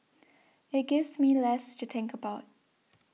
it gives me less to think about